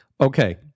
Okay